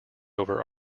over